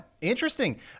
Interesting